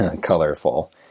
colorful